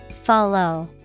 Follow